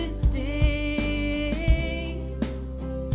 is a